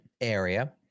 area